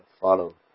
follow